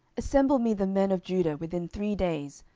assemble me the men of judah within three days,